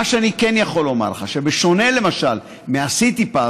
מה שאני כן יכול לומר לך שבשונה, למשל, מסיטיפס,